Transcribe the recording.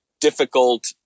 difficult